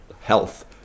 health